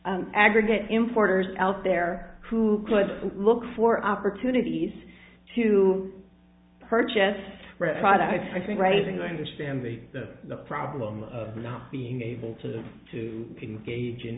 aggregate importers out there who could look for opportunities to purchase products i think raising understanding the the problem of not being able to to gauge an